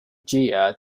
gia